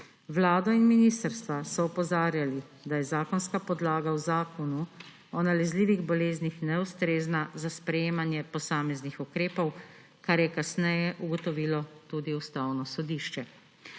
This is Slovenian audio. Vlado in ministrstva so opozarjali, da je zakonska podlaga v Zakonu o nalezljivih boleznih neustrezna za sprejemanje posameznih ukrepov, kar je kasneje ugotovilo tudi Ustavno sodišče.